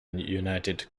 united